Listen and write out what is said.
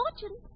fortune